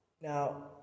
Now